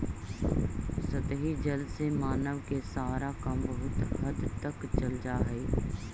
सतही जल से मानव के सारा काम बहुत हद तक चल जा हई